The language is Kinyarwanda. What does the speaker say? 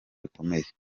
bikomeye